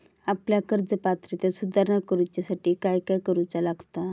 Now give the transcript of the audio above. आपल्या कर्ज पात्रतेत सुधारणा करुच्यासाठी काय काय करूचा लागता?